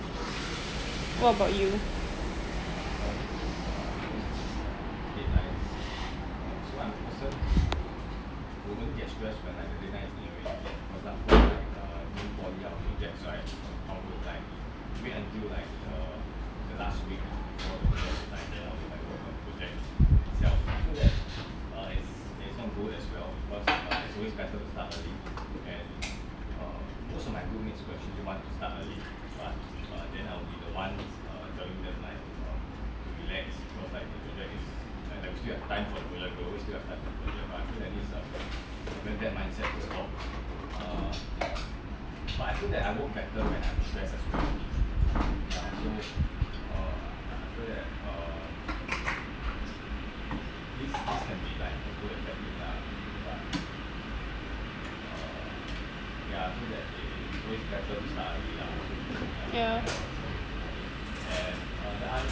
what about you ya